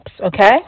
Okay